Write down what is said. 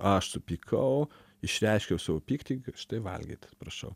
aš supykau išreiškiau savo pyktį kad štai valgyt prašau